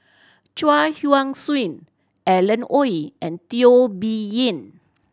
Chuang Hui Tsuan Alan Oei and Teo Bee Yen